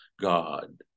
God